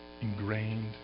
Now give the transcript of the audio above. ingrained